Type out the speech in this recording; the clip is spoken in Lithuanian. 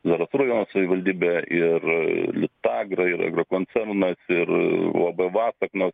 zarasų rajono savivaldybė ir lytagra ir agrokoncernas ir uab vasaknos